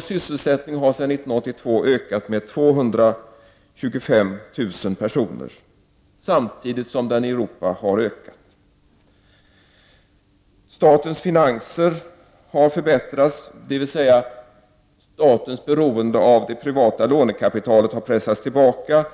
Sysselsättningen i Sverige har sedan 1982 ökat med 225 000 personer. Statens finanser har förbättrats, dvs. statens beroende av det privata lånekapitalet har pressats tillbaka.